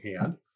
hand